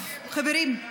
חברים,